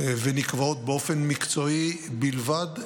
ונקבעות באופן מקצועי בלבד,